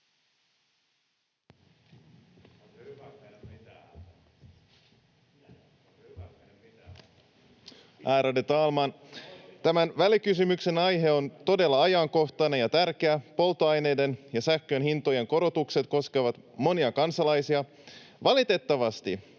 Tämän välikysymyksen aihe on todella ajankohtainen ja tärkeä. Polttoaineiden ja sähkön hintojen korotukset koskevat monia kansalaisia. Valitettavasti